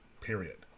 period